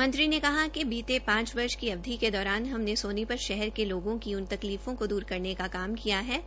मंत्री ने कहा कि बीते पांच वर्ष की अवधि के दौरान हमने सोनीपत शहर के लोगों की उन तकलीफों को दूर करने का काम किया है